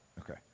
Okay